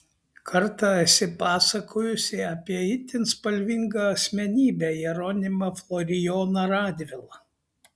kartą esi pasakojusi apie itin spalvingą asmenybę jeronimą florijoną radvilą